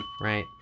right